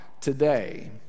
today